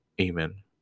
Amen